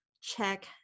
check